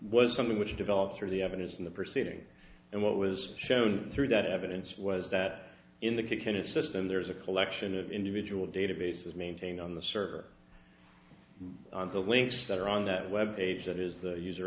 was something which developed through the evidence in the proceedings and what was shown through that evidence was that in the kennett system there is a collection of individual databases maintain on the server the links that are on that web page that is the user